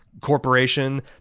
Corporation